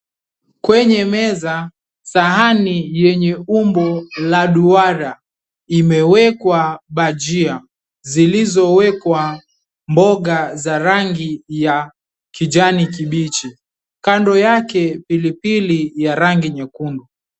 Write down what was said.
Kwenye meza sahani yenye umbo la duara imewekwa bhajia zilizowekwa mboga za rangi ya kijani kibichi kando yake pilipili ya rangi nyekundu.